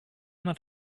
not